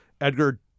Edgar